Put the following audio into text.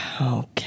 Okay